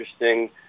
interesting